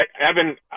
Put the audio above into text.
Evan